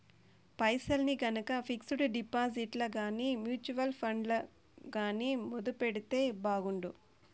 పైసల్ని గనక పిక్సుడు డిపాజిట్లల్ల గానీ, మూచువల్లు ఫండ్లల్ల గానీ మదుపెడితే బాగుండు